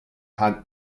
had